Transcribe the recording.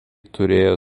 turėjo